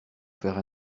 faire